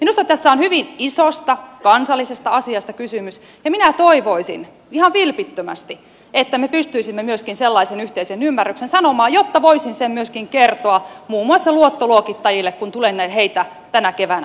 minusta tässä on hyvin isosta kansallisesta asiasta kysymys ja minä toivoisin ihan vilpittömästi että me pystyisimme myöskin sellaiseen yhteisen ymmärryksen sanomaan jotta voisin sen myöskin kertoa muun muassa luottoluokittajille kun tulen heitä tänä keväänä tapaamaan